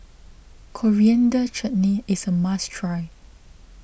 Coriander Chutney is a must try